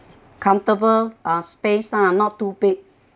comfortable uh space ah not not too big